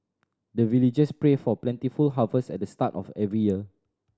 the villagers pray for plentiful harvest at the start of every year